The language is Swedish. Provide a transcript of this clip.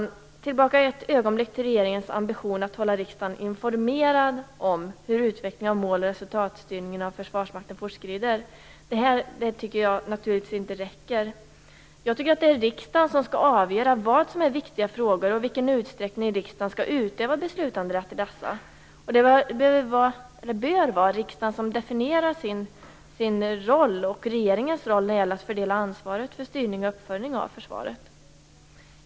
Jag vill ett ögonblick gå tillbaka till regeringens ambition att hålla riksdagen informerad om hur utvecklingen av mål och resultatstyrningen av Försvarsmakten fortskrider. Det här tycker jag naturligtvis inte räcker. Jag tycker att det är riksdagen som skall avgöra vad som är viktiga frågor och i vilken utsträckning riksdagen skall utöva beslutanderätt i dessa. Det bör vara riksdagen som definierar sin och regeringens roll när det gäller att fördela ansvaret för styrning och uppföljning av försvaret.